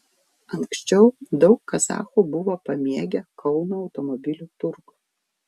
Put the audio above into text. anksčiau daug kazachų buvo pamėgę kauno automobilių turgų